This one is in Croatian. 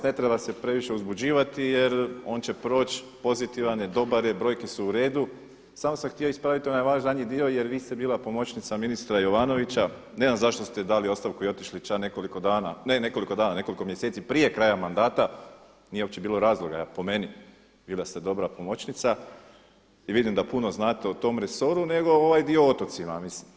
Ne treba se previše uzbuđivati jer on će proći, pozitivan je, dobar je, brojke su u redu samo sam htio isprava onaj vaš zadnji dio jer vi ste bila pomoćnica ministra Jovanovića, ne znam zašto ste dali ostavku i otišli ča nekoliko dana, ne nekoliko dana nekoliko mjeseci prije kraja mandata, nije opće bilo razloga po meni, bili ste dobra pomoćnica i vidim da puno znate o tom resoru nego ovaj dio o otocima.